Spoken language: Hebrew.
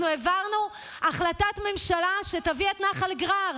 אנחנו העברנו החלטת ממשלה שתביא את נחל גרר,